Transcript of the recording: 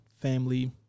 family